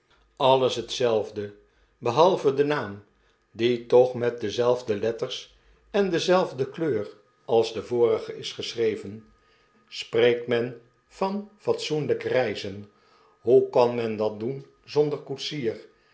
zelfde behalve de naam die toch met dezelfde letters en dezelfde kleur als de vorige is geschreven spreekt men van fatsoenlijkreizen hoe kan men dat doen zonder koetsier